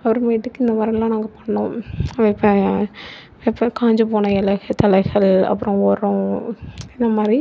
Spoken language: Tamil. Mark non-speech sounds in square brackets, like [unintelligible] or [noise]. அப்புறமேட்டுக்கு இந்த மாரிலாம் நாங்கள் பண்ணோம் [unintelligible] காஞ்சி போன எலைகள் தழைகள் அப்புறம் உரம் இத மாரி